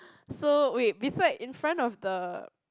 so wait beside in front of the